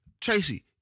Tracy